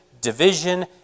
division